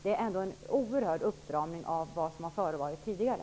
Det är ändå en oerhörd uppstramning i förhållande till tidigare.